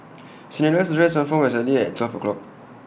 Cinderella's dress transformed exactly at twelve o'clock